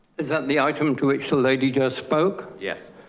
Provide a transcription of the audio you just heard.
is that the item to actual lady just spoke? yes.